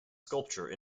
sculpture